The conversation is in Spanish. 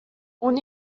una